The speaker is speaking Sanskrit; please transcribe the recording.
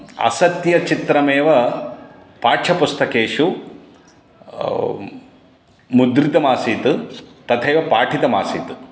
असत्यचित्रमेव पाठ्यपुस्तकेषु मुद्रितमासीत् तथैव पाठितमासीत्